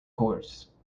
course